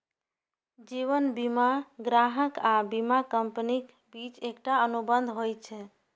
जीवन बीमा ग्राहक आ बीमा कंपनीक बीच एकटा अनुबंध होइ छै